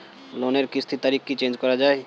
লোনের কিস্তির তারিখ কি চেঞ্জ করা যায়?